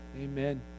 Amen